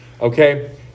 Okay